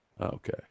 Okay